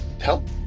help